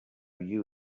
you